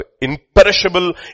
imperishable